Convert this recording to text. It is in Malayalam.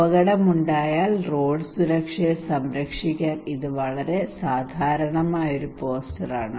അപകടമുണ്ടായാൽ റോഡ് സുരക്ഷയെ സംരക്ഷിക്കാൻ ഇത് വളരെ സാധാരണമായ പോസ്റ്ററാണ്